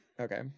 Okay